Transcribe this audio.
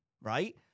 Right